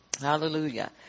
Hallelujah